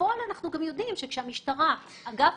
בפועל אנחנו יודעים שכשהמשטרה אגב